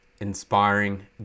inspiring